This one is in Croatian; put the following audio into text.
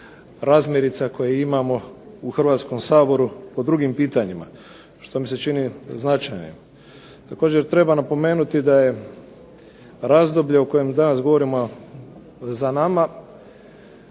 razmirica koje imamo u Hrvatskom saboru po drugim pitanjima što mi se čini značajem. Također treba napomenuti da je razdoblje o kojem danas govorimo za nama,